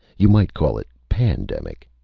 you might call it pandemic.